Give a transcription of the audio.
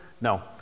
No